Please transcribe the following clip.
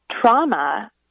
trauma